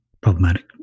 problematic